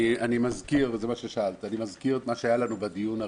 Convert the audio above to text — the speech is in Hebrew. אני מזכיר את מה שהיה לנו בדיון הראשון.